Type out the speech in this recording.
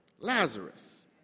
Lazarus